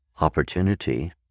opportunity